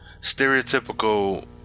stereotypical